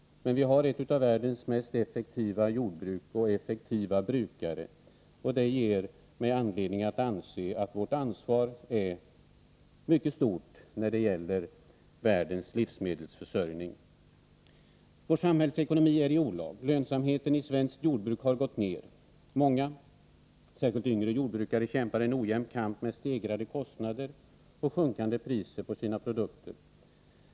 Vårt jordbruk och våra jordbrukare tillhör de främsta i världen i vad gäller effektivitet, och vårt ansvar är därför mycket stort när det gäller världens livsmedelsförsörjning. Vår samhällsekonomi är i olag. Lönsamheten i svenskt jordbruk har gått ner. Många, särskilt yngre, jordbrukare kämpar en ojämn kamp med stegrade kostnader och sjunkande priser på sina produkter.